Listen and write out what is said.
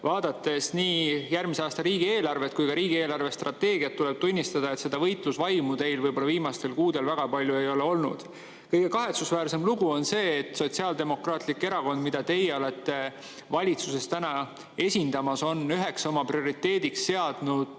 vaadates nii järgmise aasta riigieelarvet kui ka riigi eelarvestrateegiat, tuleb tunnistada, et seda võitlusvaimu teil viimastel kuudel väga palju ei ole olnud. Kõige kahetsusväärsem lugu on see, et Sotsiaaldemokraatlik Erakond, mida teie olete valitsuses praegu esindamas, on üheks oma prioriteediks seadnud